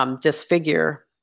disfigure